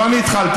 לא אני התחלתי,